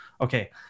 Okay